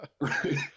Right